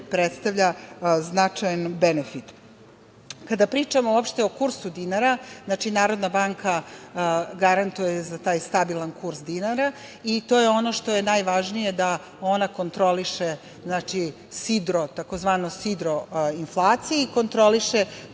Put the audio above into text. predstavlja značajan benefit. Kada pričamo uopšte o kursu dinara, Narodna banka garantuje za taj stabilan kurs dinara i to je ono što je najvažnije da ona kontroliše sidro, tzv. sidro inflacije i kontroliše